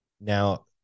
Now